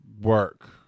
work